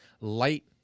Light